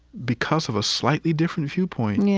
because of a slightly different viewpoint, and yeah